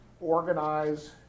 organize